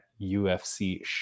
UFC